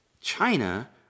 China